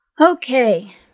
Okay